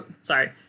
Sorry